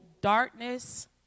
darkness